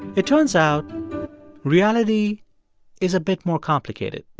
it turns out reality is a bit more complicated